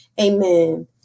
amen